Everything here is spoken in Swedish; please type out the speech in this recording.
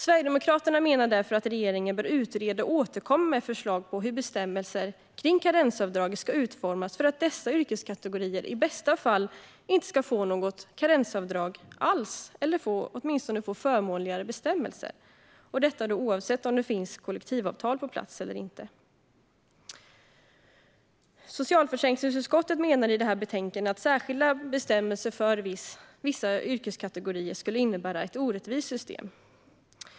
Sverigedemokraterna menar därför att regeringen bör utreda och återkomma med förslag på hur bestämmelser kring karensavdrag ska utformas för att dessa yrkeskategorier i bästa fall inte ska få något karensavdrag alls eller åtminstone få förmånligare bestämmelser oavsett om det finns kollektivavtal på plats eller inte. Socialförsäkringsutskottet menar i det här betänkandet att särskilda bestämmelser för vissa yrkeskategorier skulle innebära ett orättvist system.